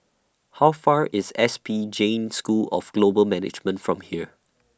How Far away IS S P Jain School of Global Management from here